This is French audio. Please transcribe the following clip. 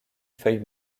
feuille